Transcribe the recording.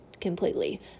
completely